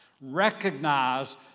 recognize